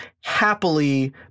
happily